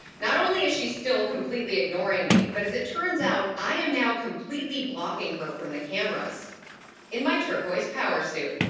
not only is she still completely ignoring me, but as it turns out, i am now completely blocking her from the cameras in my turquoise power suit.